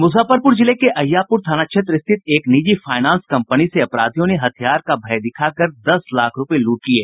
मूजफ्फरपूर जिले के अहियापूर थाना क्षेत्र स्थित एक निजी फायनांस कंपनी से अपराधियों ने हथियार का भर दिखाकर दस लाख रूपये लूट लिये